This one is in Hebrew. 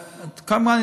אין כבר התמחות.